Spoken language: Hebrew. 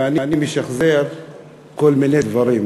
ואני משחזר כל מיני דברים,